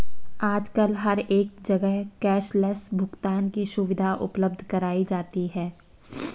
आजकल हर एक जगह कैश लैस भुगतान की सुविधा उपलब्ध कराई जाती है